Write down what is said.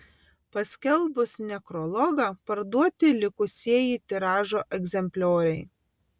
paskelbus nekrologą parduoti likusieji tiražo egzemplioriai